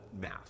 math